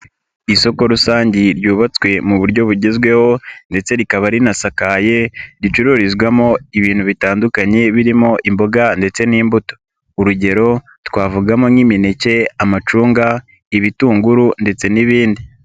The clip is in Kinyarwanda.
Isoko rusange ryubatswe mu buryo bugezweho ndetse rikaba rinasakaye, ricururizwamo ibintu bitandukanye birimo imboga ndetse n'imbuto, urugero twavugamo nk'imineke, amacunga, ibitunguru ndetse n'ibindi.